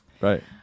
Right